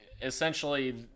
essentially